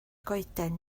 goeden